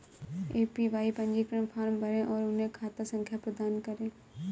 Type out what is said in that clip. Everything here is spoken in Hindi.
ए.पी.वाई पंजीकरण फॉर्म भरें और उन्हें खाता संख्या प्रदान करें